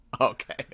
Okay